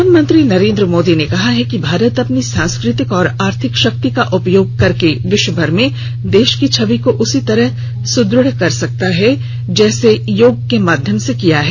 प्रधानमंत्री नरेन्द्र मोदी ने कहा है कि भारत अपनी सांस्कृतिक और आर्थिक शक्ति का उपयोग करके विश्वभर में देश की छवि को उसी तरह सुद्रढ कर सकता है जैसे योग के माध्यम से किया है